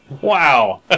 Wow